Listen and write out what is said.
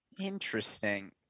Interesting